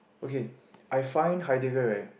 okay I find Heidegger right